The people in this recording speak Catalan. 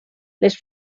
les